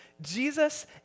Jesus